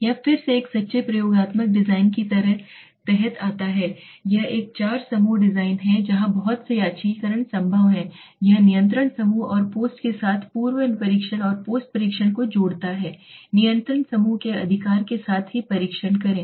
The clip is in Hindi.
यह फिर से एक सच्चे प्रयोगात्मक डिजाइन के तहत आता है यह एक चार समूह डिजाइन है जहां बहुत से यादृच्छिककरण संभव है यह नियंत्रण समूह और पोस्ट के साथ पूर्व परीक्षण और पोस्ट परीक्षण को जोड़ता है नियंत्रण समूह के अधिकार के साथ ही परीक्षण करें